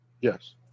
yes